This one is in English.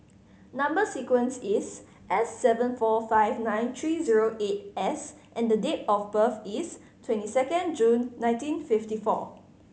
number sequence is S seven four five nine three zero eight S and the date of birth is twenty second June nineteen fifty four